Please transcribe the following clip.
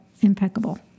impeccable